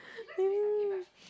!eww!